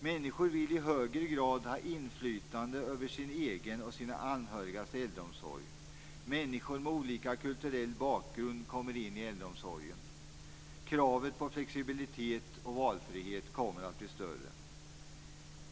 Människor vill i högre grad ha inflytande över sin egen och sina anhörigas äldreomsorg. Människor med olika kulturell bakgrund kommer in i äldreomsorgen. Kravet på flexibilitet och valfrihet kommer att bli större.